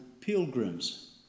pilgrims